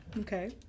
Okay